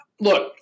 look